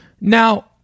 Now